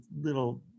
little